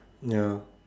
ya